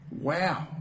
wow